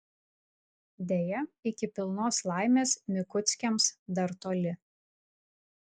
deja iki pilnos laimės mikuckiams dar toli